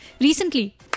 Recently